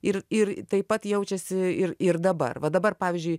ir ir taip pat jaučiasi ir ir dabar va dabar pavyzdžiui